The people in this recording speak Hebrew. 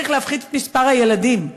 צריך להפחית את מספר הילדים.